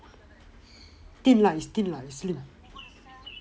thin lah it's thin lah it's slim